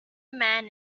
man